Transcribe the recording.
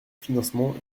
financement